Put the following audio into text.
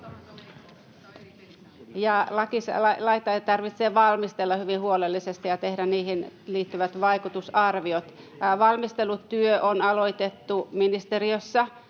laki tarvitsee valmistella hyvin huolellisesti ja siihen tehdä siihen liittyvät vaikutusarviot. Valmistelutyö on aloitettu ministeriössä